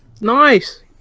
Nice